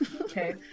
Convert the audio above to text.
Okay